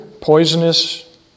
poisonous